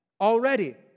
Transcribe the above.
Already